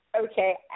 Okay